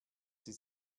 sie